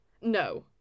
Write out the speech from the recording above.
no